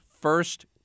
First